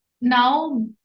now